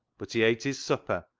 but he ate his supper,